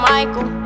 Michael